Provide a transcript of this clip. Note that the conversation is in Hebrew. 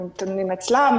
הנתונים אצלם,